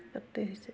তাতে হৈছে